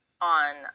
on